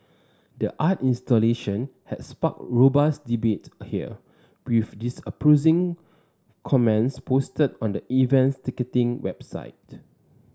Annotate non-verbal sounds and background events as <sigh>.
the art installation had sparked robust debate here with <unintelligible> comments posted on the event's ticketing website